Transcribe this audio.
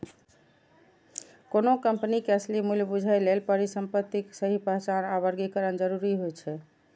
कोनो कंपनी के असली मूल्य बूझय लेल परिसंपत्तिक सही पहचान आ वर्गीकरण जरूरी होइ छै